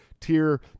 tier